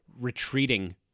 retreating